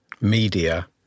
media